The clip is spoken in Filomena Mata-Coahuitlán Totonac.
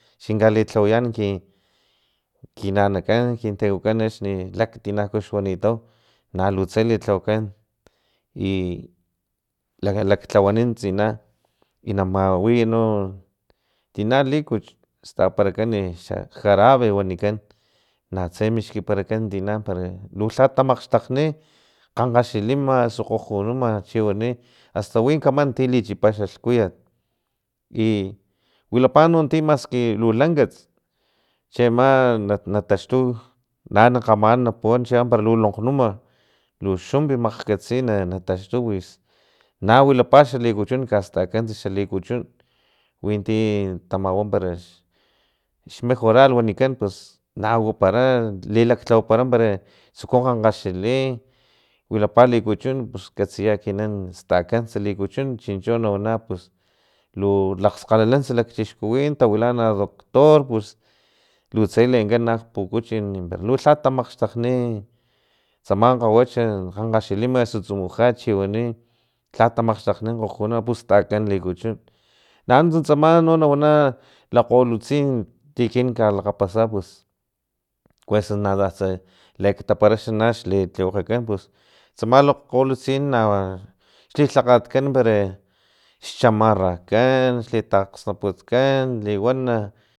Xkinka lilhawayan ki kinana kan kin tako kan axni laktina xwunitau nalutse litlawakan i lakalaklhawakan tsina i na mawiyano tina luchuch tsaparakan xa jarabe wanikan natse mixkikan tina para lulha tamaxkgxtakgni kgankgaxilima o kgojonuma chiwani hasta wi kaman ti lichipa xalkuyat i wilapa no maski lu lankats chiama nataxtu naan kgamanan na puwan para chiama lu lonkgnuma lu xumpi makgatsi kasti na taxtu wix na wilapa xa lukuchun kastakants xa likuchun winti tamawa para x majoral wanikan pus nawapara lilaklhawapara parea tsuku kgankgaxili i wilapa likuchin pus katsita ekinan tsakants likuchun chincho na wana pus lu lakgstu lakgskalalants lakchixkuwin tawilana doctor pus li tse leenkan nak pukuchin palha tamakgxtakg chi kgankgaxilima aktsu tsumujat osu chiwani lha tamaxtakgo kgojonuma pus tsakan likuchun nanuntsa tsama no na wana lakgolutsin ti ekin lakgapasa pus kuesa natsatsa leaktapara xa na xli tliwekgekan tsama xi lakgolutsin na chix lhakgakan pare xchamarrakan xlitakgsnaputkan liwana.